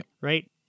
Right